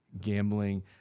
gambling